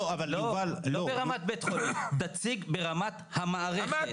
לא ברמת בית חולים, תציג ברמת המערכת.